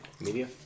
Media